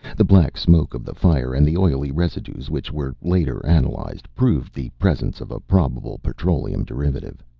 the black smoke of the fire, and the oily residues, which were later analyzed, proved the presence of a probable petroleum derivative.